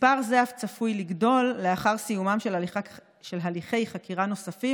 מספר זה אף צפוי לגדול לאחר סיומם של הליכי חקירה נוספים,